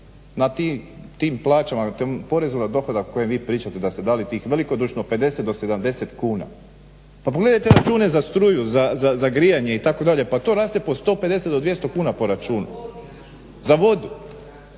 na tim plaćama, na tom porezu na dohodak o kojem vi pričate da ste dali tih velikodušno 50 do 70 kuna. Pa pogledajte račune za struju, za grijanje itd. Pa to raste po 150 do 200 kuna po računu. Za vodu,